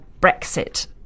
Brexit